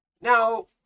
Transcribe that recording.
now